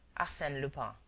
arsene lupin.